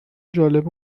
جالبه